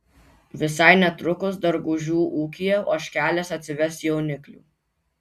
visai netrukus dargužių ūkyje ožkelės atsives jauniklių